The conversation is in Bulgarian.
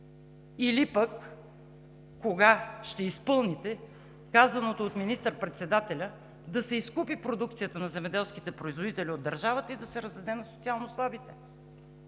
Или пък кога ще изпълните казаното от министър-председателя да се изкупи продукцията на земеделските производители от държавата и да се раздаде на социалнослабите?